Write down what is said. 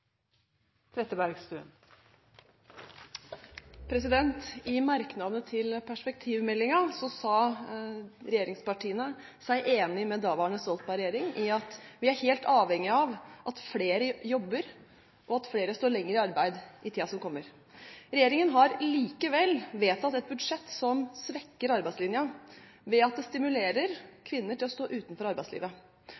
sa regjeringspartiene seg enig med Stoltenberg-regjeringen i at vi er helt avhengige av at flere jobber, og det lenger. Regjeringen har likevel vedtatt et budsjett som svekker arbeidslinja, ved at det stimulerer